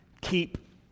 keep